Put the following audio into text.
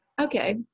okay